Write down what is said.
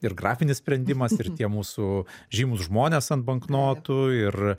ir grafinis sprendimas ir tie mūsų žymūs žmonės ant banknotų ir